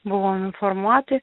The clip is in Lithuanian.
buvom informuoti